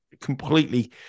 completely